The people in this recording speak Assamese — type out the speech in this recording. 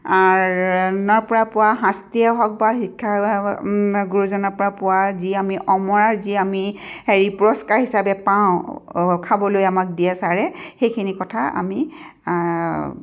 নৰ পৰা পোৱা শাস্তিয়ে হওক বা শিক্ষা গুৰুজনৰ পৰা পোৱা যি আমি অমৰাৰ যি আমি হেৰি পুৰস্কাৰ হিচাপে পাওঁ খাবলৈ আমাক দিয়ে ছাৰে সেইখিনি কথা আমি